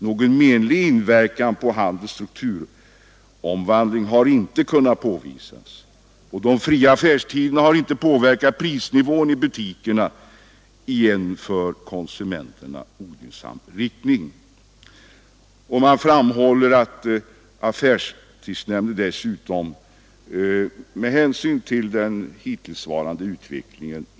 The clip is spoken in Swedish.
Någon menlig inverkan på handelns strukturomvandling har inte kunnat påvisas. De fria affärstiderna har inte påverkat prisnivån i butikerna i en för konsumenterna ogynnsam riktning. — A ffärstidsnämnden framhåller också att den inte funnit någon anmälan till Kungl. Maj:t påkallad av den hittillsvarande utvecklingen.